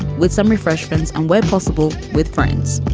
with some refreshments and where possible, with friends